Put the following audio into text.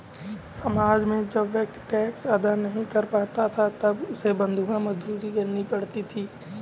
समाज में जब व्यक्ति टैक्स अदा नहीं कर पाता था तब उसे बंधुआ मजदूरी करनी पड़ती थी